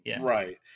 Right